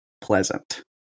pleasant